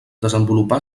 desenvolupar